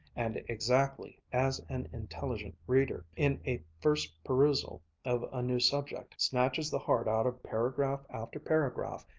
and exactly as an intelligent reader, in a first perusal of a new subject, snatches the heart out of paragraph after paragraph,